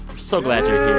so glad you're